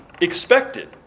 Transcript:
expected